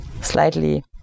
slightly